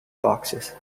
boxes